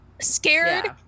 scared